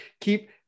keep